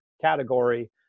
category